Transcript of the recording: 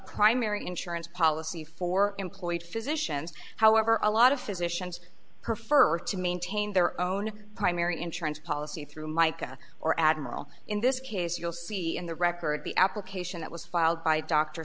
primary insurance policy for employed physicians however a lot of physicians prefer to maintain their own primary insurance policy through micah or admiral in this case you'll see in the record the application that was filed by d